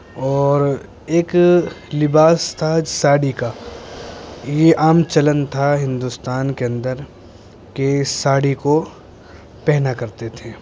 اور ایک لباس تھا ساڑی کا یہ عام چلن تھا ہندوستان کے اندر کہ ساڑی کو پہنا کرتے تھے